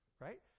right